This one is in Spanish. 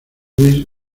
luis